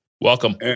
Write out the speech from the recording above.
Welcome